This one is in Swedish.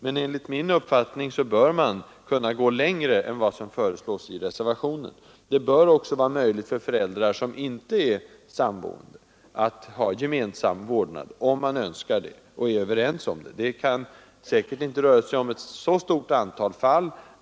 Men enligt min uppfattning bör man kunna gå längre än som föreslås i reservationen. Det bör också vara möjligt för föräldrar som inte är samboende att ha gemensam vårdnad, om de önskar det och är överens om det. Det rör sig säkert inte om något särskilt stort antal fall.